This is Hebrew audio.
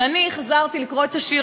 ואני חזרתי לקרוא את השיר,